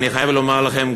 אני חייב לומר לכם,